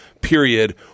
period